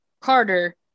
carter